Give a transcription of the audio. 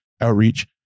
outreach